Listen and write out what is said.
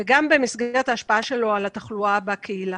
וגם במסגרת ההשפעה שלו על התחלואה בקהילה.